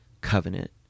covenant